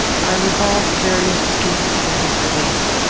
i revolved various schemes for his relief.